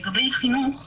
לגבי חינוך,